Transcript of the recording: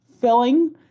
filling